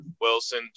Wilson